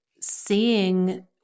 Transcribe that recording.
seeing